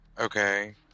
Okay